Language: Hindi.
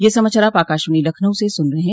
ब्रे क यह समाचार आप आकाशवाणी लखनऊ से सुन रहे हैं